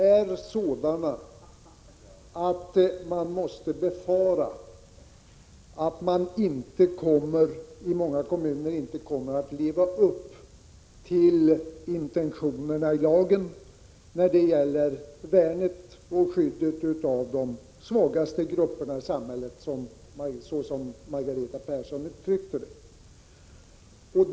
Herr talman! Jag har inte begärt ordet för att söka polemisera med Margareta Persson. Vi är helt överens. Jag har begärt ordet bara för att understryka att erfarenheterna utifrån många kommuner hittills tyvärr är sådana att man måste befara att många kommuner inte kommer att leva upp till intentionerna i lagen när det gäller värnet och skyddet av de svagaste grupperna i samhället, såsom Margareta Persson uttryckte det.